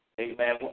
Amen